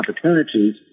opportunities